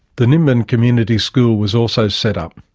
the nimbin community school was also set up.